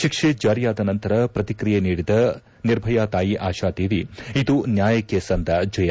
ತಿಕ್ಷೆ ಜಾರಿಯಾದ ನಂತರ ಪ್ರತಿಕ್ರಿಯೆ ನೀಡಿದ ನಿರ್ಭಯಾ ತಾಯಿ ಆಶಾದೇವಿ ಇದು ನ್ಯಾಯಕ್ಕೆ ಸಂದ ಜಯ